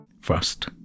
First